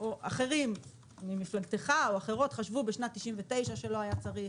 או אחרים ממפלגתך חשבו בשנת 99' שלא היה צריך,